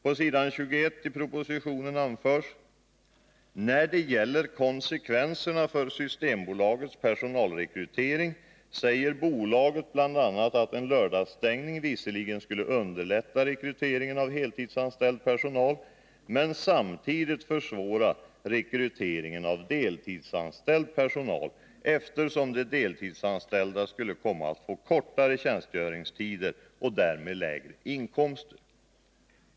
På s. 21 i propositionen sägs: ”När det gäller konsekvenserna för Systembolagets personalrekrytering säger bolaget bl.a. att en lördagsstängning visserligen skulle underlätta rekryteringen av heltidsanställd personal, men samtidigt försvåra rekryteringen av deltidsanställd personal, eftersom de deltidsanställda skulle komma att få kortare tjänstgöringstider och därmed lägre inkomster.